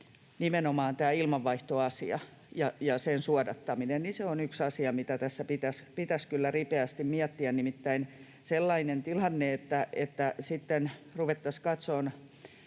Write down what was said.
nimenomaan tämä ilmanvaihtoasia ja ilman suodattaminen on yksi asia, mitä tässä pitäisi kyllä ripeästi miettiä. Nimittäin sellainen tilanne, että sitten ruvettaisiin katsomaan